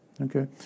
Okay